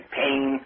pain